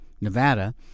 Nevada